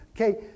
Okay